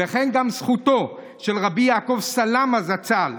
וכן זכותו של רבי יעקב סלאמה זצ"ל,